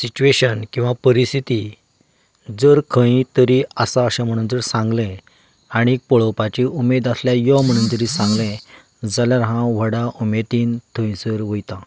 situation किंवा परिस्तिती जर खंय तरी आसा अशें म्हणून जर सांगलें आनी पळोवपाची उमेद आसल्यार यो म्हणून तर सांगलें जाल्यार हांव व्हडा उमेदीन थंयसर वयतां